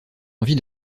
envie